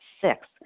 Six